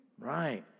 right